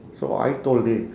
so I told him